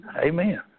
Amen